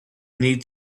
need